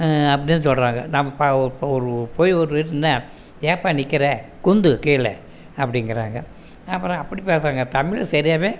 அப்படின்னு சொல்கிறாங்க நான் போய் ஒரு வீட்டுக்கு நின்றா ஏன்பா நிக்கிறே குந்து கீழே அப்படிங்குறாங்க அப்பறம் அப்படி பேசுகிறாங்க தமிழ் சரியாகவே